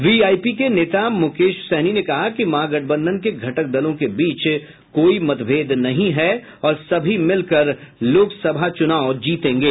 VIP के नेता मुकेश सहनी ने कहा कि महागठबंधन के घटक दलों के बीच कोई मतभेद नहीं है और सभी मिलकर लोकसभा चुनाव जीतेंगे